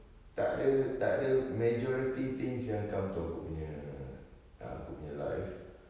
tak ada tak ada majority things yang come to aku punya err aku punya life